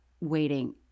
waiting